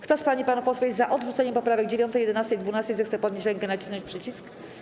Kto z pań i panów posłów jest za odrzuceniem poprawek 9., 11. i 12., zechce podnieść rękę i nacisnąć przycisk.